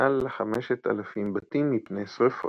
מעל ל-5,000 בתים מפני שריפות.